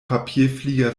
papierflieger